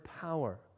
power